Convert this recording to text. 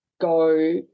go